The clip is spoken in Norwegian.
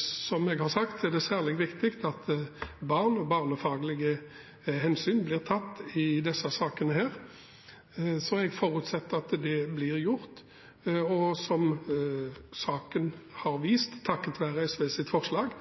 Som jeg har sagt, er barn særlig viktige og at det blir tatt barnefaglige hensyn i disse sakene, så jeg forutsetter at det blir gjort. Som saken har vist – takket være SVs forslag